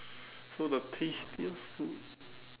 so the tastiest food